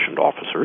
officers